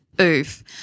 Oof